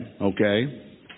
okay